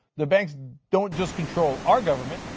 the banks don't just control our government,